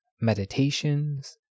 meditations